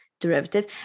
derivative